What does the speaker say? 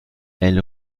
elle